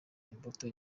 imbuto